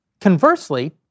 Conversely